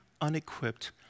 unequipped